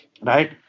Right